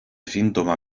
síntoma